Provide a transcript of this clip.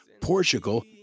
Portugal